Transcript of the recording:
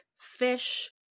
fish